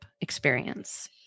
experience